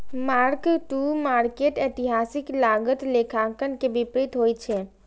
mark to market एतिहासिक लागत लेखांकन के विपरीत होइ छै